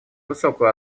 высокую